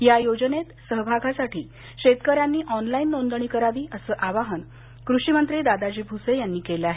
या योजनेत सहभागासाठी शेतकऱ्यांनी ऑनलाईन नोंदणी करावी असं आवाहन कृषिमंत्री दादाजी भ्रसे यांनी केलं आहे